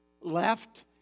left